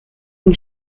den